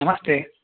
नमस्ते